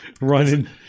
running